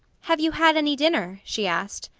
have you had any dinner? she asked.